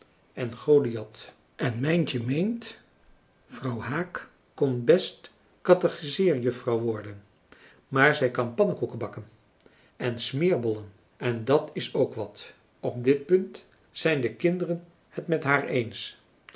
en goliath en mijntje meent vrouw haak kon best catechiseerjuffrouw worden maar zj kan pannekoeken bakken en smeerbollen en dat is k wat op dit punt zijn de kinderen het met haar eens